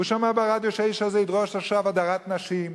הוא שמע ברדיו שהאיש הזה ידרוש עכשיו הדרת נשים.